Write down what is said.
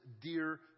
dear